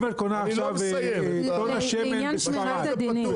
אם את קונה עכשיו טונה שמן בספרד,